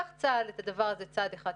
לקח צה"ל את הדבר הזה צעד אחד קדימה,